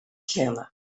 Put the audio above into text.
céanna